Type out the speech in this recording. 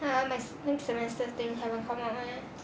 ah my next semester things haven't come out mah